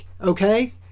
okay